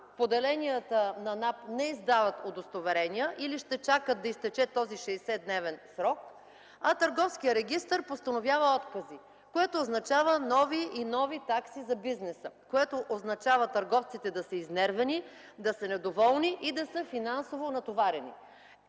поделенията на НАП не издават удостоверения или ще чакат да изтече този 60-дневен срок, а Търговският регистър постановява откази, което означава нови и нови такси за бизнеса. Това означава търговците да са изнервени, да са недоволни и да са финансово натоварени.